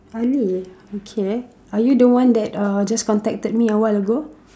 ali okay are you the one that uh just contacted me awhile ago